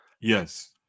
yes